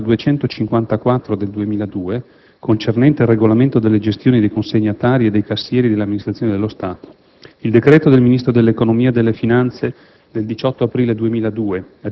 Repubblica n. 254 del 2002, concernente il regolamento delle gestioni dei consegnatari e dei cassieri delle Amministrazioni dello Stato e il decreto del Ministro dell'economia e delle finanze